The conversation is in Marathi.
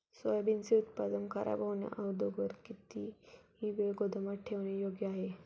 सोयाबीनचे उत्पादन खराब होण्याअगोदर ते किती वेळ गोदामात ठेवणे योग्य आहे?